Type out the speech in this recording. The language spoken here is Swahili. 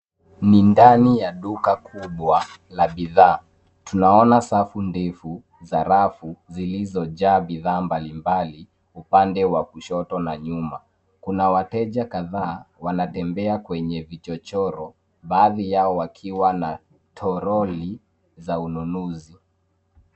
Ni ndani ya duka kubwa la bidhaa. Tunaona safu ndefu za rafu zilizojaa bidhaa mbalimbali upande wa kushoto na nyuma. Kuna wateja kadhaa wanatembea kwenye vichochoro baadhi yao wakiwa na toroli za ununuzi.